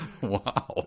wow